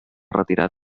retirat